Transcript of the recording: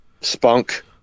Spunk